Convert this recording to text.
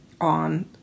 on